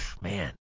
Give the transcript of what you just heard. man